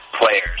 players